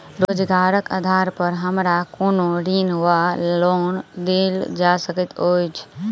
रोजगारक आधार पर हमरा कोनो ऋण वा लोन देल जा सकैत अछि?